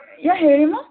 ಯಾ ಹೇಳಿಮಾ